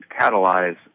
catalyze